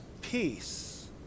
peace